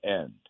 end